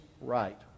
right